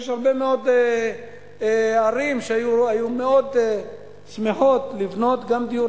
יש הרבה מאוד ערים שהיו מאוד שמחות לבנות גם דיור